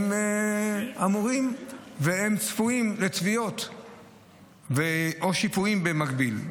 הם אמורים וצפויים לתביעות או שיפויים במקביל.